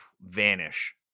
vanish